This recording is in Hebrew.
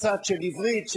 הקצת עברית,